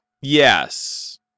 Yes